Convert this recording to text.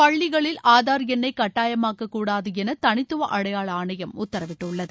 பள்ளிகளில் ஆதார் எண்ணை கட்டாயமாக்கக் கூடாதென தனித்துவ அடையாள ஆணையம் உத்தரவிட்டுள்ளது